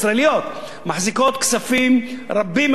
מחזיקות כספים רבים מאוד בחברות,